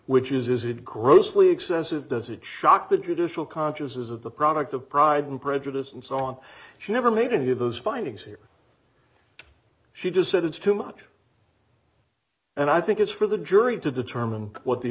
which is is it grossly excessive does it shock the judicial consciousness of the product of pride and prejudice and so on she never made any of those findings here she just said it's too much and i think it's for the jury to determine what the